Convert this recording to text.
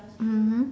mmhmm